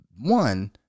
one